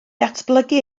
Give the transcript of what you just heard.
datblygu